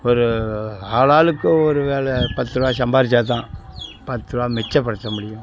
ஒரு ஆளாளுக்கு ஒரு வேலை பத்துரூவா சம்பாதிச்சா தான் பத்துரூவா மிச்சப்படுத்த முடியும்